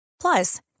Plus